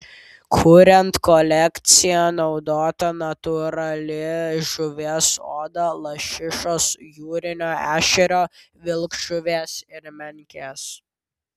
kuriant kolekciją naudota natūrali žuvies oda lašišos jūrinio ešerio vilkžuvės ir menkės